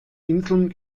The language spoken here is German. inseln